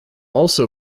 also